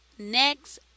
Next